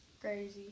crazy